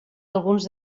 alguns